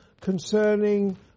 concerning